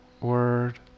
word